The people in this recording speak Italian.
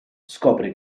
scopre